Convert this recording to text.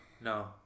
No